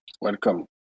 Welcome